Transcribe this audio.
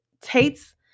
Tate's